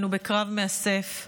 אנחנו בקרב מאסף,